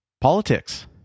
politics